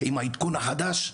עם העדכון החדש,